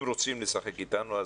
אם רוצים לשחק אתנו,